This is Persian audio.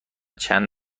چند